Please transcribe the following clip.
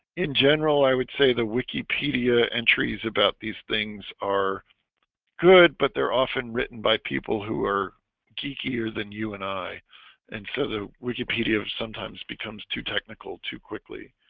in general i would say the wikipedia entries about these things are good, but they're often written by people who are geekier than you, and i and so the wikipedia sometimes becomes too technical to quickly